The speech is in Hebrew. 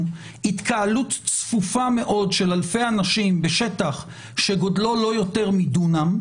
התקהלות צפופה מאוד של אלפי אנשים בשטח שגודלו לא יותר מדונם,